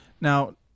Now